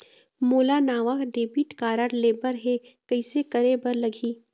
मोला नावा debit card लेबर हे, कइसे करे बर लगही?